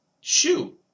Shoot